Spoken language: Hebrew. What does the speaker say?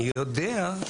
אני יודע.